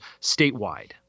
statewide